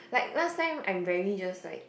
like last time I am very just like